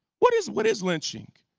what is what is lynching?